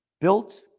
built